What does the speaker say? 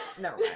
no